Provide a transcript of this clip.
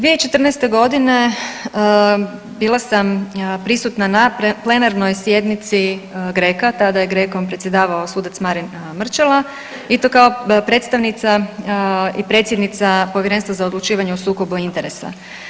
2014.g. bila sam prisutna na plenarnoj sjednici GRECO-a, tada je GRECO-m predsjedavao sudac Marin Mrčela i to kao predstavnica i predsjednica Povjerenstva za odlučivanje o sukobu interesa.